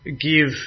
give